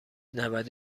نود